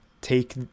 take